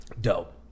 Dope